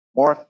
More